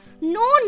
No